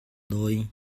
dawi